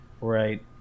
Right